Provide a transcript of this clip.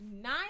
nine